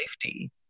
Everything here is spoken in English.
safety